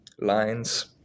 lines